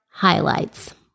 Highlights